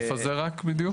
איפה זה רק בדיוק?